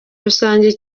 rusange